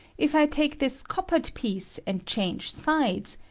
if i take this coppered piece and change sides,